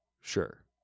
Sure